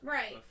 Right